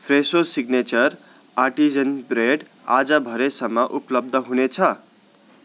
फ्रेसो signature artisan bread आज भरे सम्म उपलब्ध हुनेछ